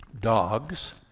dogs